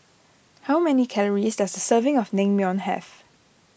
how many calories does a serving of Naengmyeon have